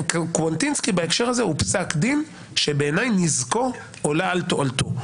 קוונטינסקי בהקשר הזה הוא פסק דין שבעיניי נזקו עולה על תועלתו.